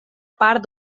part